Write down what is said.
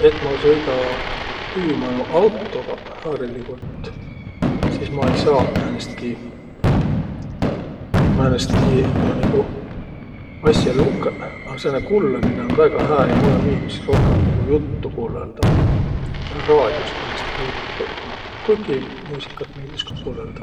Et ma sõida tüü manoq autoga hariligult, sis ma ei saaq määnestki, määnestki, no nigu asja lukõq, a sääne kullõminõ um väega hää ja mullõ miildüs rohkõmb nigu juttu kullõldaq ja raadiost määnestki juttu. Kuiki muusikat miildüs ka kullõldaq.